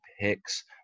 picks